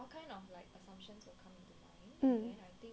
um